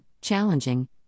challenging